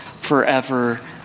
forever